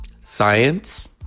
Science